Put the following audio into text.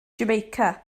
jamaica